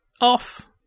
off